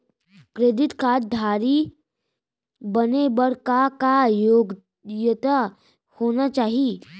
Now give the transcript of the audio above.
Credit card धारी बने बर का का योग्यता होना चाही?